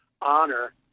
honor